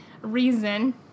reason